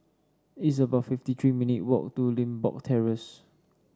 it's about fifty three minute walk to Limbok Terrace